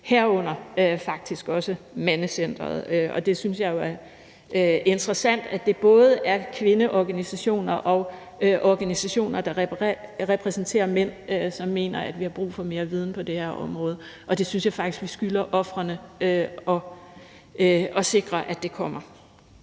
herunder faktisk også Mandecentret. Jeg synes jo, at det er interessant, at det både er kvindeorganisationer og organisationer, der repræsenterer mænd, som mener, at vi har brug for mere viden på det her område. Jeg synes faktisk, at vi skylder ofrene at sikre, at det kommer.